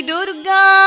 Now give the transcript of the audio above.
Durga